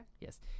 Yes